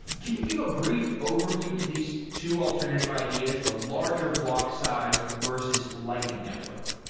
can you give a brief overview to these two alternative ideas, the larger block size versus lightning network?